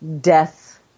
death